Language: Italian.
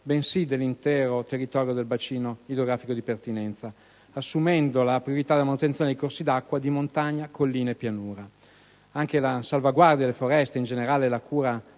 bensì dell'intera area del bacino idrografico di pertinenza, assumendo la priorità della manutenzione dei corsi d'acqua di montagna, collina e pianura. Anche la salvaguardia delle foreste e in generale la cura